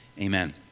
Amen